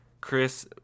Chris